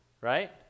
right